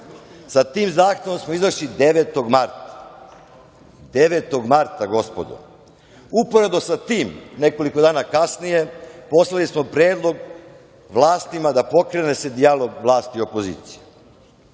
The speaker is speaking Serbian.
Sa tim zahtevom smo izašli 9. marta. Gospodo, 9. marta. Uporedo sa tim nekoliko dana kasnije poslali smo predlog vlastima da pokrene se dijalog vlasti i opozicije.